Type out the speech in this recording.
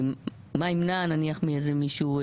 מה ימנע ממישהו,